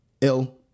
ill